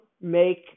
make